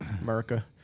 America